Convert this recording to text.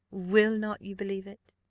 will not you believe it?